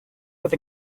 with